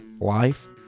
life